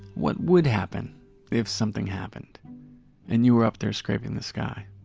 what would happen if something happened and you were up there scraping the sky?